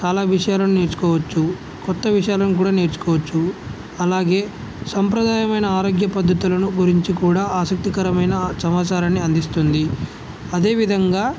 చాలా విషయాలను నేర్చుకోవచ్చు కొత్త విషయాలను కూడా నేర్చుకోవచ్చు అలాగే సంప్రదాయమైన ఆరోగ్య పద్ధతులను గురించి కూడా ఆసక్తికరమైన సమాచారాన్ని అందిస్తుంది అదేవిధంగా